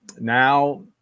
now